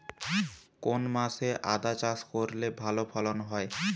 কোন মাসে আদা চাষ করলে ভালো ফলন হয়?